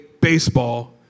baseball